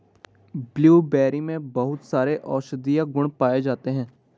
blueberry में बहुत सारे औषधीय गुण पाये जाते हैं